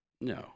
No